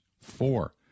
Four